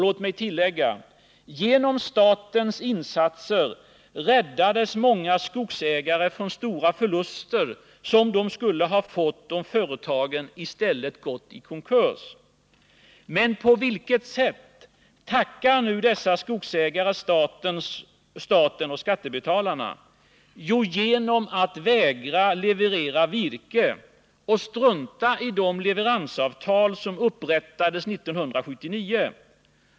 Låt mig tillägga: Genom statens insatser räddades många skogsägare från stora förluster, som de skulle ha fått om företagen i stället gått i konkurs. Men på vilket sätt tackar dessa skogsägare staten och skattebetalarna? Jo, genom att vägra leverera virke och strunta i de leveransavtal som upprättades 1979.